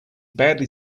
badly